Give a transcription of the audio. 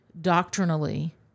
doctrinally